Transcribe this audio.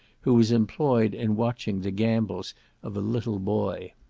who was employed in watching the gambols of a little boy.